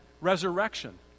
resurrection